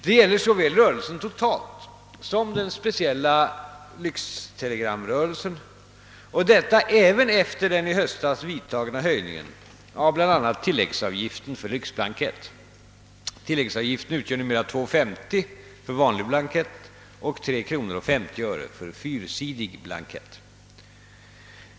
Det gäller såväl rörelsen totalt som den speciella lyxtelegramrörelsen, och detta även efter den i höstas vidtagna höjningen av bl.a. tilläggsavgiften för lyxblankett. Tilläggsavgiften utgör numera 2 kronor 50 öre för vanlig blankett och 3 kronor 50 öre för fyrsidig blankett.